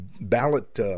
ballot